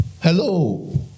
Hello